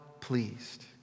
pleased